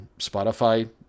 Spotify